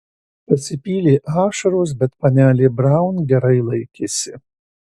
pasipylė ašaros bet panelė braun gerai laikėsi